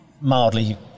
mildly